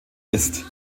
ist